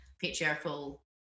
patriarchal